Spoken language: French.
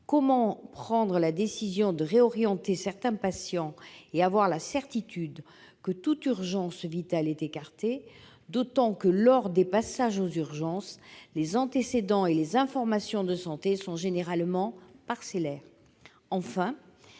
comment prendre la décision de réorienter certains patients et avoir la certitude que toute urgence vitale est écartée, d'autant que, lors des passages aux urgences, les antécédents et les informations de santé sont généralement parcellaires ?